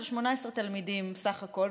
של 18 תלמידים סך הכול,